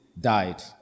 died